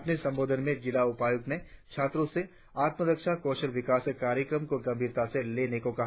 अपने संबोधन में जिला उपायुक्त ने छात्राओं से आत्मारक्षा कौशल विकास कार्यक्रम को गंभीरता से लेने को कहा